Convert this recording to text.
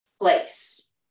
place